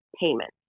payment